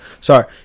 Sorry